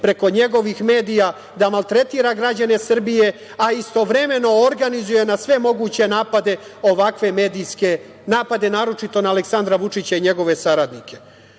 preko njegovih medija da maltretira građane Srbije, a istovremeno organizuje sve moguće napade, naročito na Aleksandra Vučića i njegove saradnike. Ja